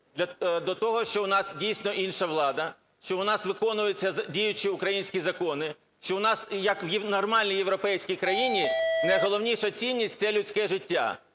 до того, що у нас дійсно інша влада, що у нас виконуються діючі українські закони, що у нас, як в нормальній європейській країні, найголовніша цінність – це людське життя,